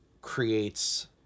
creates